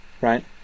right